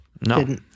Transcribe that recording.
No